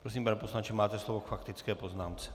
Prosím, pane poslanče, máte slovo k faktické poznámce.